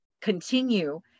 continue